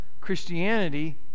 christianity